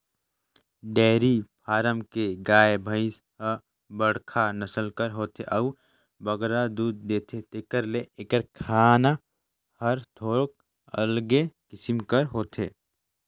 dairy farm के गाय, भंइस ह बड़खा नसल कर होथे अउ बगरा दूद देथे तेकर ले एकर खाना हर थोरोक अलगे किसिम कर होथे